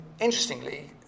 interestingly